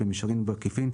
במישרין או בעקיפין,